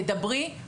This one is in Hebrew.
תדברי.